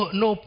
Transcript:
no